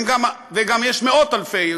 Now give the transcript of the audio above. וגם יש מאות-אלפי,